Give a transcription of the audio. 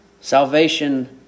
Salvation